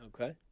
Okay